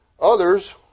Others